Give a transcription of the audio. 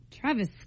Travis